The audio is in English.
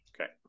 okay